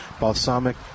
balsamic